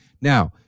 Now